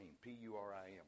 P-U-R-I-M